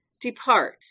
Depart